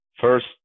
First